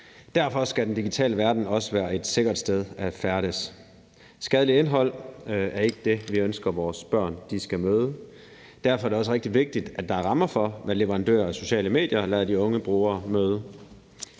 Derfor skal den digitale verden også være et sikkert sted at færdes. Skadeligt indhold er ikke det, vi ønsker vores børn skal møde. Derfor er det også rigtig vigtigt, at der er rammer for, hvad leverandører af sociale medier lader de unge brugere møde.